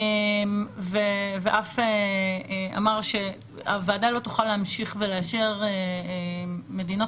ואף אמר שהוועדה לא תוכל להמשיך ולאשר מדינות